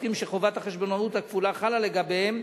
העוסקים שחובת החשבונאות הכפולה חלה לגביהם,